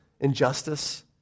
injustice